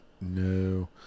No